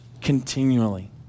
continually